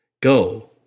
go